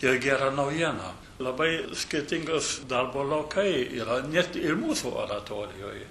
ir gerą naujieną labai skirtingas darbo laukai yra net ir mūsų oratorijoj